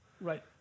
Right